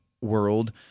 world